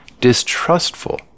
distrustful